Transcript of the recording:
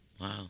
Wow